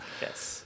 Yes